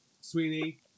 Sweeney